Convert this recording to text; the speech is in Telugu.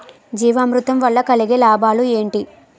జీవామృతం వల్ల కలిగే లాభాలు ఏంటి?